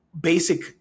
basic